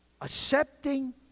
Accepting